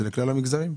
זה לכלל המגזרים?